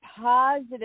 positive